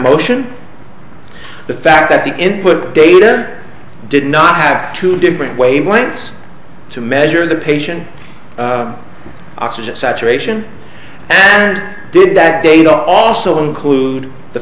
motion the fact that the input data did not have two different wavelengths to measure the patient oxygen saturation and did that data also include the